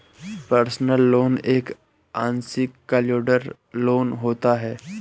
personal loan एक unsecured loan होता है